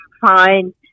find